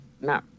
No